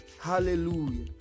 Hallelujah